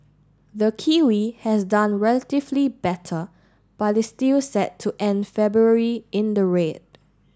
the kiwi has done relatively better but is still set to end February in the red